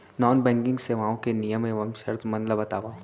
non banking सेवाओं के नियम एवं शर्त मन ला बतावव